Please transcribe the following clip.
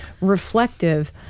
reflective